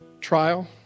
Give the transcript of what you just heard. trial